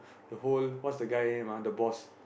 the whole what's the guy name ah the boss